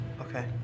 Okay